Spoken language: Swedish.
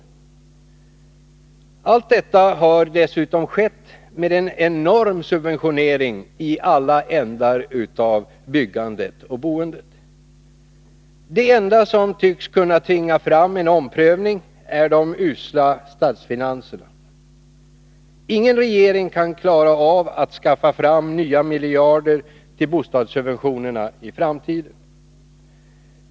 Allt detta har dessutom skett med en enorm subventionering i alla ändar av byggandet och boendet. Det enda som tycks kunna tvinga fram en omprövning är de usla statsfinanserna. Ingen regering kan klara av att skaffa fram nya miljarder till bostadssubventioner i framtiden.